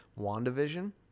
WandaVision